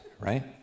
right